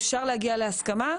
אפשר להגיע להסכמה,